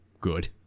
good